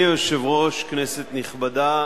אדוני היושב-ראש, כנסת נכבדה,